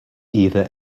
either